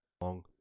Long